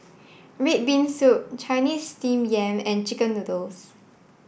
Red Bean Soup Chinese Steamed Yam and Chicken Noodles